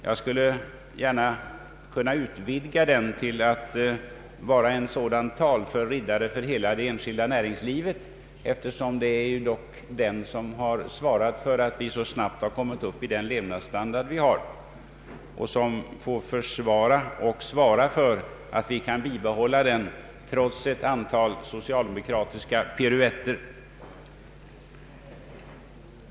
Jag skulle gärna kunna utvidga den till att vara en talför riddare för hela det enskilda näringslivet, eftersom det ju dock är det som svarat för att vi så snabbt har kommit upp till den levnadsstandard vi nu har och som får försvara vår position och se till att vi kan bibehålla den trots ett antal socialdemokratiska piruetter.